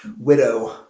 widow